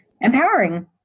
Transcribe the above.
empowering